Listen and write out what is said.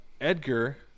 Edgar